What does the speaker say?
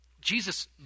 Jesus